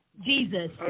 Jesus